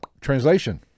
translation